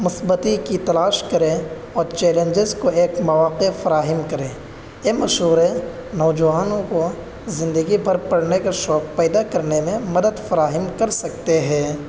مثبتی کی تلاش کریں اور چیلنجز کو ایک مواقع فراہم کریں یہ مشورے نوجوانوں کو زندگی بھر پڑھنے کے شوق پیدا کرنے میں مدد فراہم کر سکتے ہیں